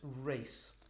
race